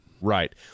right